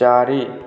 ଚାରି